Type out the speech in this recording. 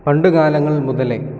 പണ്ടു കാലങ്ങൾ മുതലേ